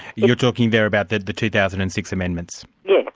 you're talking there about the the two thousand and six amendments? yes.